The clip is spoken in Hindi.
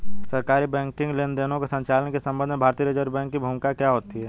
सरकारी बैंकिंग लेनदेनों के संचालन के संबंध में भारतीय रिज़र्व बैंक की भूमिका क्या होती है?